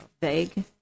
vague